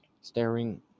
staring